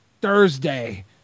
Thursday